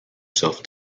self